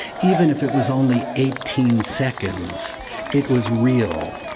even if it was only eighteen seconds it was real.